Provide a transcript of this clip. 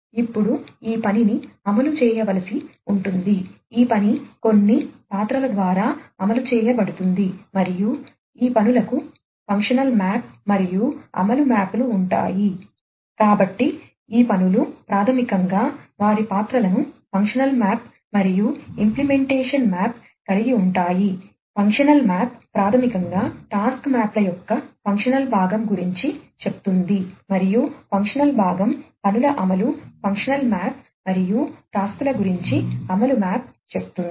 ఇప్పుడు ఈ పనిని అమలు చేయవలసి ఉంటుంది ఈ పని కొన్ని రోల్స్ చెప్తుంది